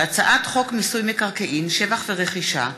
הצעת חוק מיסוי מקרקעין (שבח ורכישה)